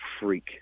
freak